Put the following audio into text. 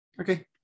Okay